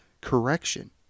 correction